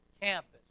campus